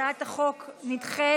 39. הצעת החוק נדחית